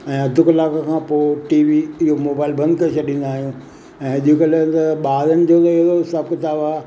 ऐं अधु कलाकु खां पोइ टी वी इहो मोबाइल बंदि करे छॾींदा आहियूं ऐं अॼुकल्ह त ॿारनि जो अहिड़ो हिसाबु किताबु आहे